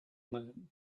man